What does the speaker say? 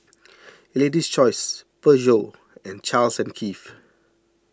Lady's Choice Peugeot and Charles and Keith